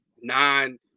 nine